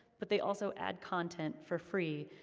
but they also add content for free,